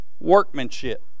workmanship